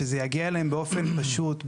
שזה יגיע אליהם באופן פשוט,